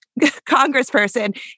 congressperson